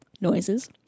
noises